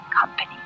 Company